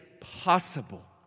possible